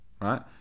Right